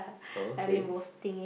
oh okay